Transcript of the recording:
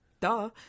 duh